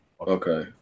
Okay